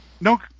No